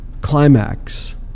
climax